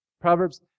Proverbs